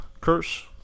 curse